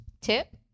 Tip